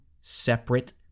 separate